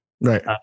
Right